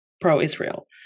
pro-Israel